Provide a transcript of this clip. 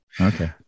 Okay